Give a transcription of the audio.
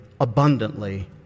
abundantly